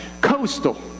Coastal